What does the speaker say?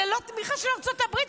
ללא תמיכה של ארצות הברית,